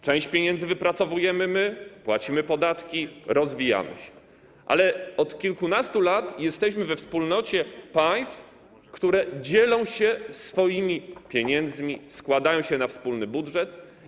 Część pieniędzy wypracowujemy my, płacimy podatki, rozwijamy się, ale od kilkunastu jesteśmy we wspólnocie państw, które dzielą się swoimi pieniędzmi, składają się na wspólny budżet.